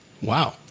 Wow